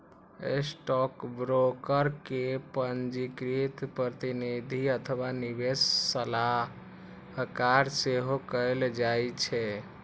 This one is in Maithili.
स्टॉकब्रोकर कें पंजीकृत प्रतिनिधि अथवा निवेश सलाहकार सेहो कहल जाइ छै